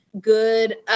good